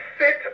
sit